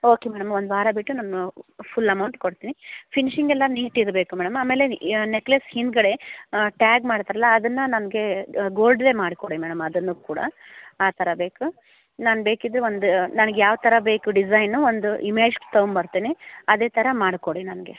okay madam ಒಂದು ವಾರ ಬಿಟ್ಟು ನಾನು ಫುಲ್ ಅಮೌಂಟ್ ಕೊಡ್ತೀನಿ ಫಿನಿಶಿಂಗ್ ಎಲ್ಲ ನೀಟ್ ಇರಬೇಕು ಮೇಡಮ್ ಆಮೇಲೆ ನೆಕ್ಲೆಸ್ ಹಿಂದುಗಡೆ ಟ್ಯಾಗ್ ಮಾಡ್ತಾರಲ್ಲ ಅದನ್ನು ನನಗೆ ಗೋಲ್ಡೆ ಮಾಡಿಕೊಡಿ ಮೇಡಮ್ ಅದನ್ನು ಕೂಡ ಆ ಥರ ಬೇಕು ನಾನು ಬೇಕಿದ್ದರೆ ಒಂದು ನನಗೆ ಯಾವ ಥರ ಬೇಕು ಡಿಸೈನ್ ಒಂದು ಇಮೇಜ್ ತಗೊಂಡ್ಬರ್ತೇನೆ ಅದೇ ಥರ ಮಾಡಿಕೊಡಿ ನನಗೆ